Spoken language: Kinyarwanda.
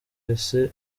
wese